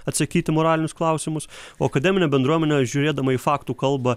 atsakyt į moralinius klausimus o akademinė bendruomenė žiūrėdama į faktų kalbą